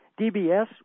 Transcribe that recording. DBS